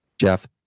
Jeff